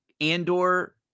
Andor